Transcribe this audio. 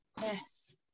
Yes